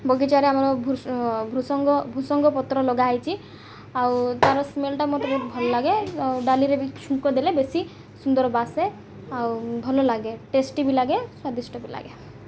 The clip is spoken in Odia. ବଗିଚାରେ ଆମର ଭୃସଙ୍ଗ ଭୃସଙ୍ଗ ପତ୍ର ଲଗାହେଇଛି ଆଉ ତା'ର ସ୍ମେଲ୍ଟା ମୋତେ ବହୁତ ଭଲ ଲାଗେ ଆଉ ଡ଼ାଲିରେ ବି ଛୁଙ୍କ ଦେଲେ ବେଶୀ ସୁନ୍ଦର ବାସେ ଆଉ ଭଲ ଲାଗେ ଟେଷ୍ଟି ବି ଲାଗେ ସ୍ଵାଦିଷ୍ଟ ବି ଲାଗେ